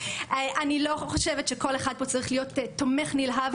אני לא חושבת שכל אחד פה צריך להיות תומך נלהב